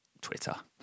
Twitter (